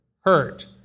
hurt